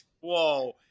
whoa